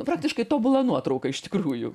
beprotiškai tobula nuotrauka iš tikrųjų